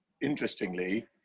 interestingly